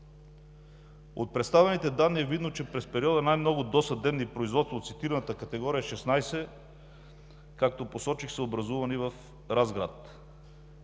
От представените данни е видно, че през периода най-много досъдебни производства от цитираната категория – 16, както посочих, са образувани в Разград.